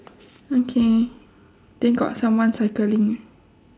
okay then got someone cycling right